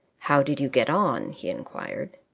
how did you get on? he inquired.